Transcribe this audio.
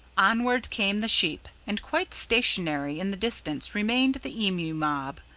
onward came the sheep, and quite stationary in the distance remained the emu mob.